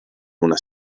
una